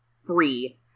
free